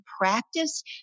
practice